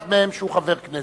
אחד מהם שהוא חבר כנסת,